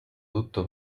tutto